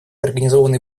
организованной